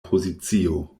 pozicio